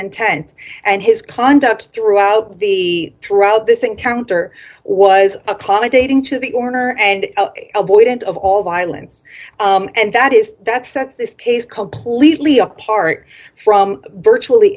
intent and his conduct throughout the throughout this encounter was accommodating to the owner and avoidant of all violence and that is that sex this case completely apart from virtually